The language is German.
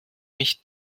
mich